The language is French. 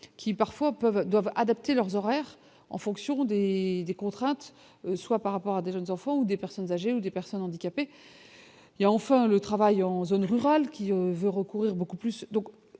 qui parfois peuvent doivent adapter leurs horaires en fonction des et contrainte soit par rapport à des jeunes enfants ou des personnes âgées ou des personnes handicapées, il y a enfin le travail en zone rurale qui veut recourir beaucoup plus